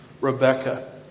Rebecca